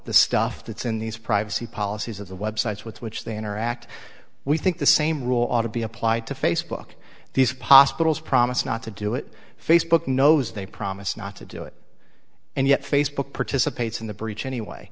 the stuff that's in these privacy policies of the websites with which they interact we think the same rule ought to be applied to facebook these possibles promise not to do it facebook knows they promise not to do it and yet facebook participates in the breach anyway